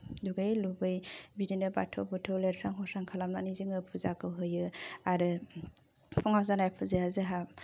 दुगै लोबै बिदिनो बाथौखौ लुस्रां हस्रां खालामनानै जोङो फुजाखौ होयो आरो फुङाव जानाय फुजाया जोंहा